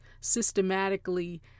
systematically